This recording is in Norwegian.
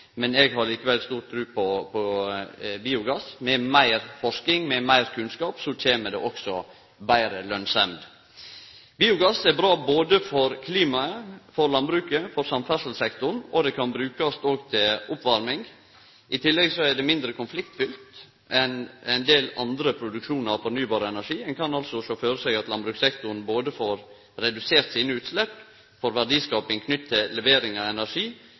Eg har likevel stor tru på biogass. Med meir forsking og meir kunnskap kjem det òg betre lønsemd. Biogass er bra både for klimaet, for landbruket, for samferdselssektoren, og det kan brukast òg til oppvarming. I tillegg er det mindre konfliktfylt enn ein del andre produksjonar av fornybar energi. Ein kan altså sjå føre seg at landbrukssektoren får redusert sine utslepp og får verdiskaping knytt til levering av energi,